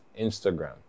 Instagram